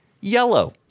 yellow